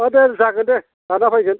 अह दे जागोन दे लाना फैगोन